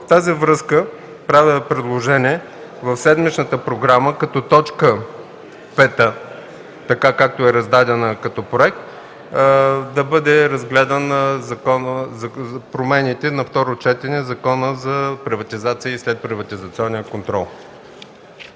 тази връзка правя предложение в седмичната програма като точка пета, както е раздадена като проект, да бъдат разгледани на второ четене промените в Закона за приватизация и следприватизационен контрол.